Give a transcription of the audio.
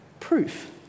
Proof